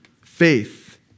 faith